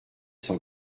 sans